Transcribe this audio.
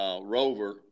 Rover